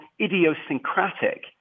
idiosyncratic